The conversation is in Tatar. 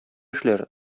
эшләр